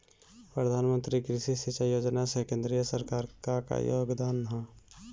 प्रधानमंत्री कृषि सिंचाई योजना में केंद्र सरकार क का योगदान ह?